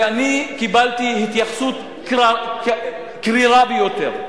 ואני קיבלתי התייחסות קרירה ביותר,